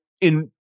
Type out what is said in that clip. in-